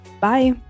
bye